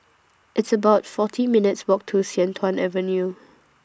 It's about forty minutes' Walk to Sian Tuan Avenue